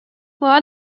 more